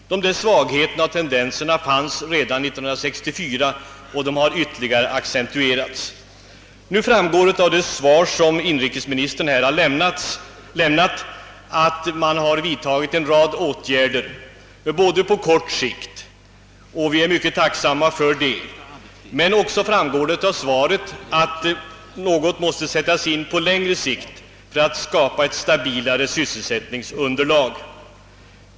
Dessa tendenser fanns redan år 1964 och har ytterligare accentuerats. Nu framgår av det svar som inrikesministern har lämnat att man har vidtagit en rad åtgärder på kort sikt — vi är mycket tacksamma för det — men också att något måste göras på längre sikt för att skapa ett stabilare sysselsättningsunderlag.